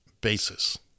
basis